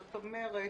זאת אומרת,